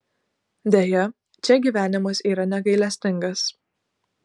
deja čia gyvenimas yra negailestingas